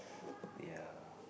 ya